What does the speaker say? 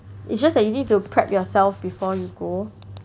it's just that you need to prep yourself before you go